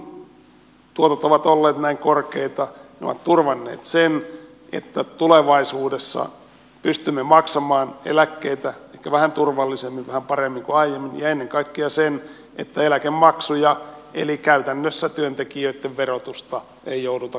kun tuotot ovat olleet näin korkeita ne ovat turvanneet sen että tulevaisuudessa pystymme maksamaan eläkkeitä ehkä vähän turvallisemmin vähän paremmin kuin aiemmin ja ennen kaikkea sen että eläkemaksuja eli käytännössä työntekijöitten verotusta ei jouduta kiristämään